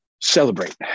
celebrate